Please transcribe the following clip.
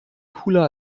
cooler